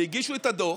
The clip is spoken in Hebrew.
והגישו את הדוח,